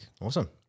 Awesome